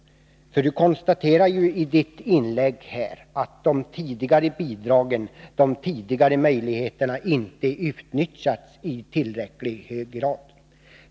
Birgitta Dahl konstaterar ju i sitt inlägg att de tidigare bidragen och möjligheterna inte har utnyttjats i tillräckligt hög grad.